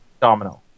Domino